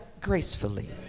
gracefully